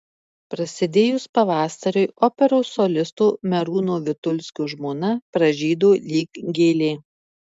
prasidėjus pavasariui operos solisto merūno vitulskio žmona pražydo lyg gėlė